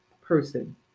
person